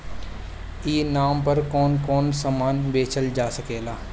ई नाम पर कौन कौन समान बेचल जा सकेला?